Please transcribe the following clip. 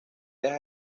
deja